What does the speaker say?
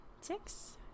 six